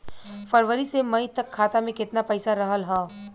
फरवरी से मई तक खाता में केतना पईसा रहल ह?